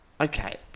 Okay